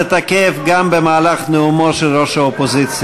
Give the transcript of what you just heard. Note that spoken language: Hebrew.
זה תקף גם במהלך נאומו של ראש האופוזיציה.